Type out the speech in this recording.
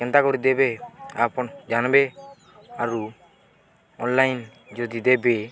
କେନ୍ତା କରି ଦେବେ ଆପଣ ଜାନିବେ ଆରୁ ଅନ୍ଲାଇନ୍ ଯଦି ଦେବେ